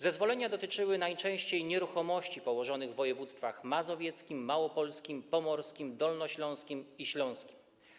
Zezwolenia dotyczyły najczęściej nieruchomości położonych w województwach: mazowieckim, małopolskim, pomorskim, dolnośląskim i śląskim.